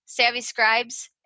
SavvyScribes